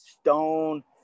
stone